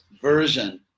version